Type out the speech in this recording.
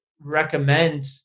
recommend